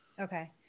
Okay